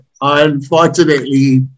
Unfortunately